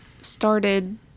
started